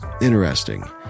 interesting